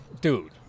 Dude